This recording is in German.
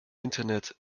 internet